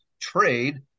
trade